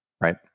right